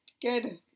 Good